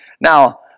Now